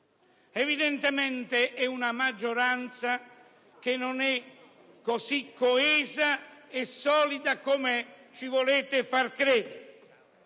Evidentemente è una maggioranza che non è così coesa e solida come ci volete far credere,